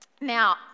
Now